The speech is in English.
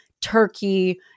turkey